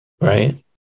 right